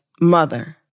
mother